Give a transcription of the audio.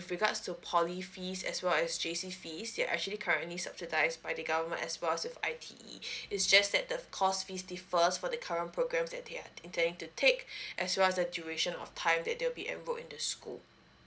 with regards to poly fees as well as J_C fees they are actually currently subsidized by the government as well as I_T_E it's just that the course fees differs for the current programs that they have intending to take as well as the duration of time that they will be enroll into the school